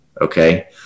okay